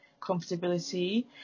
comfortability